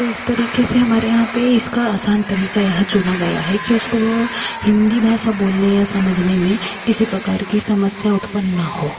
तो इस तरीके से हमारे यहाँ पर इसका आसान तरीका यह चुना गया है कि उसको हिंदी भाषा बोलने या समझने में किसी प्रकार की समस्या उत्पन्न न हो